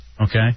Okay